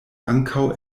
ankaŭ